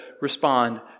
respond